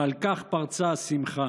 ועל כך פרצה השמחה.